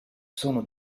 sono